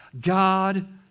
God